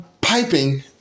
piping